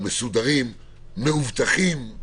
מאובטחים,